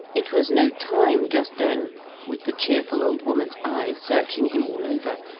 it was no time, just then with the cheerful old woman's eye searching him all over,